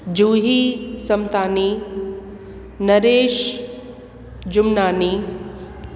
Juhi Samtani Naresh Jumnani